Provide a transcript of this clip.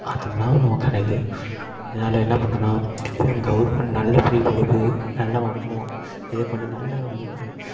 அது தான் நமக்கான இது இதனால் என்ன பண்ணலாம் அப்பயும் கவர்மெண்ட் நல்ல ஃப்ரீ படிப்பு நல்ல மருத்துவம் இதை பண்ணி நல்ல